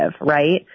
right